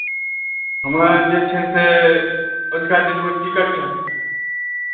हमरा जे छै से अजुका डेटमे टिकट चाही